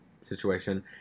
situation